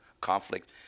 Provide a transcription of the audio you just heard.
conflict